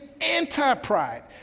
anti-pride